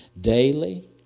daily